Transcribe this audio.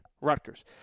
Rutgers